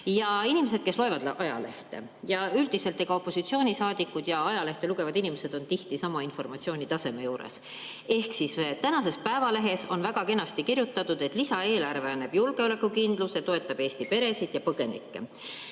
ja inimesed, kes loevad ajalehti. Üldiselt on opositsioonisaadikud ja ajalehte lugevad inimesed samal informatsiooni tasemel. Tänases [Eesti] Päevalehes on väga kenasti kirjutatud, et lisaeelarve annab julgeolekukindluse ning toetab Eesti peresid ja põgenikke.